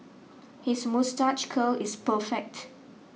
his moustache curl is perfect